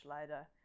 later